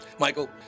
Michael